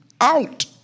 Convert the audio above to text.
out